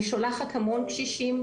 אני שולחת המון קשישים,